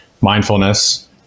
mindfulness